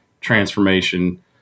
transformation